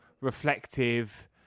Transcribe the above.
reflective